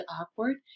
awkward